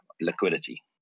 liquidity